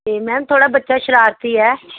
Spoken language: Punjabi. ਅਤੇ ਮੈਮ ਥੋੜ੍ਹਾ ਬੱਚਾ ਸ਼ਰਾਰਤੀ ਹੈ